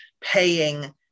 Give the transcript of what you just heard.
paying